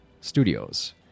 Studios